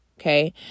okay